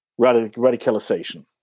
radicalization